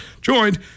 joined